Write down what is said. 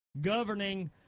governing